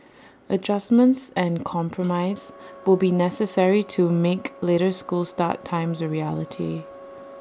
adjustments and compromise will be necessary to make later school start times A reality